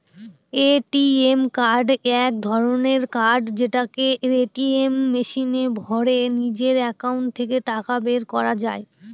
ATM card এক ধরনের card যেটাকে এটিএম মেশিনে ভোরে নিজের একাউন্ট থেকে টাকা বের করা যায়